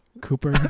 Cooper